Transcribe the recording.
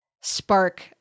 spark